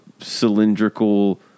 cylindrical